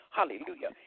Hallelujah